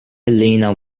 elena